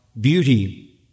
beauty